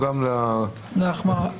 רק לתאגידים.